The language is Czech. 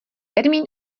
termín